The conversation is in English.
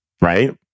right